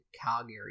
Calgary